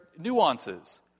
nuances